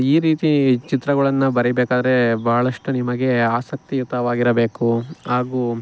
ಈ ರೀತಿ ಚಿತ್ರಗಳನ್ನು ಬರಿಬೇಕಾದ್ರೆ ಬಹಳಷ್ಟು ನಿಮಗೆ ಆಸಕ್ತಿಯುತವಾಗಿರಬೇಕು ಹಾಗೂ